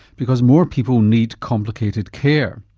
because more people need complicated care.